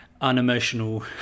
unemotional